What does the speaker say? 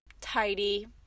tidy